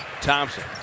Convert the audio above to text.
Thompson